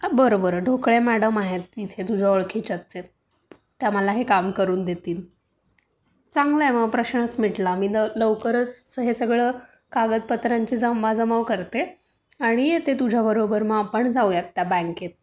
बरं बरं ढोकळे मॅडम आहेत तिथे तुझ्या ओळखीच्याच आहेत त्या मला हे काम करून देतील चांगलं आहे मग प्रश्नच मिटला मी तर लवकरच हे सगळं कागदपत्रांची जमवाजमव करते आणि येते तुझ्या बरोबर मग आपण जाऊयात त्या बँकेत